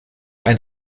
ein